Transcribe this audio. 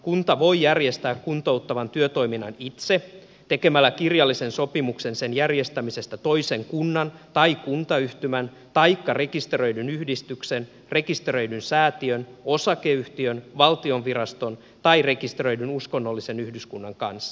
kunta voi järjestää kuntouttavan työtoiminnan itse tekemällä kirjallisen sopimuksen sen järjestämisestä toisen kunnan tai kuntayhtymän taikka rekisteröidyn yhdistyksen rekisteröidyn säätiön osakeyhtiön valtion viraston tai rekisteröidyn uskonnollisen yhdyskunnan kanssa